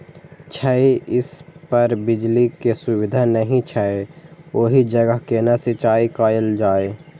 छै इस पर बिजली के सुविधा नहिं छै ओहि जगह केना सिंचाई कायल जाय?